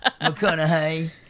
McConaughey